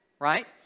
right